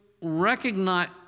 recognize